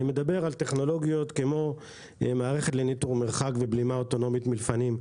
אני מדבר על טכנולוגיות כמו מערכת לניטור מרחק ובלימה אוטונומית מלפנים.